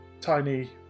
tiny